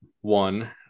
one